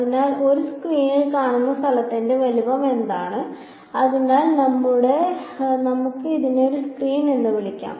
അതിനാൽ നിങ്ങൾ സ്ക്രീനിൽ കാണുന്ന സ്ഥലത്തിന്റെ വലുപ്പം എന്താണ് അതിനാൽ നമുക്ക് ഇതിനെ ഒരു സ്ക്രീൻ എന്ന് വിളിക്കാം